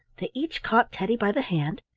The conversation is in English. they each caught teddy by the hand,